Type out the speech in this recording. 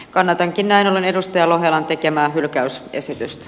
kannatankin näin ollen edustaja lohelan tekemää hylkäysesitystä